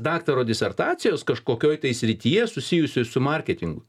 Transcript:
daktaro disertacijos kažkokioj tai srityje susijusioj su marketingu